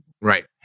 Right